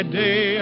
day